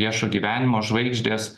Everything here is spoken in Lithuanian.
viešo gyvenimo žvaigždės